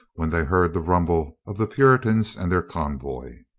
when they heard the rumble of the puritans and their convoy.